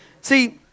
See